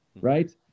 right